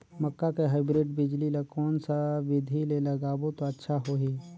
मक्का के हाईब्रिड बिजली ल कोन सा बिधी ले लगाबो त अच्छा होहि?